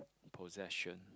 possession